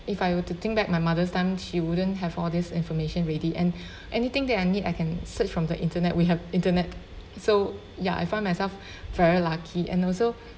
if I were to think back my mother's time she wouldn't have all this information ready and anything that I need I can search from the internet we have internet so ya I found myself very lucky and also